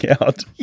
out